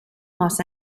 los